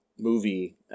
movie